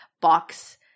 box